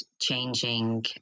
changing